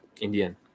Indian